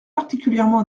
particulièrement